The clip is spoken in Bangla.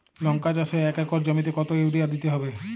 লংকা চাষে এক একর জমিতে কতো ইউরিয়া দিতে হবে?